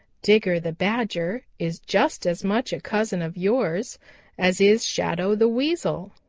digger the badger is just as much a cousin of yours as is shadow the weasel.